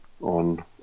on